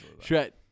Shred